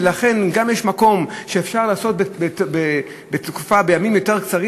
ולכן גם אם יש מקום שבו אפשר לעשות בזמן יותר קצר,